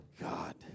God